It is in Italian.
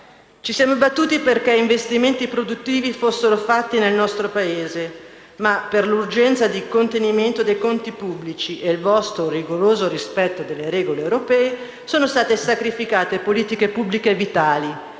Ci siamo battuti perché investimenti produttivi fossero fatti nel nostro Paese, ma, per l'urgenza di contenimento dei conti pubblici e il vostro rigoroso rispetto delle regole europee, sono state sacrificate politiche pubbliche vitali